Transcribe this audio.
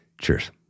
Cheers